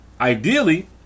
Ideally